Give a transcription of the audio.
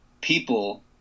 People